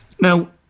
Now